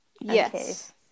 Yes